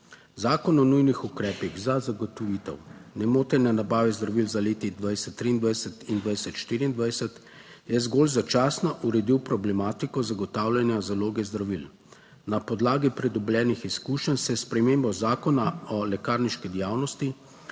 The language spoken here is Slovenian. Zakon o nujnih ukrepih za zagotovitev nemotene nabave zdravil z leti 2023 in 2024 je zgolj začasno uredil problematiko zagotavljanja zaloge zdravil. Na podlagi pridobljenih izkušenj se s spremembo Zakona o lekarniški dejavnosti